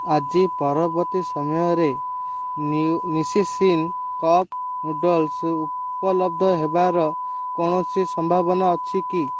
ଆଜି ପରବର୍ତ୍ତୀ ସମୟରେ ନିୟୁ ନିସ୍ସିନ୍ କପ୍ ନୁଡ଼ଲ୍ସ୍ ଉପଲବ୍ଧ ହେବାର କୌଣସି ସମ୍ଭାବନା ଅଛି କି